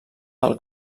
del